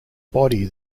body